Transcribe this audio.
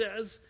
says